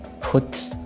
put